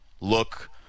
look